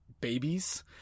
babies